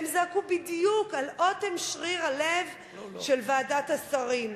הם זעקו בדיוק על אוטם שריר הלב של ועדת השרים.